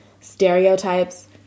stereotypes